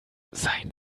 sein